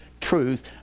truth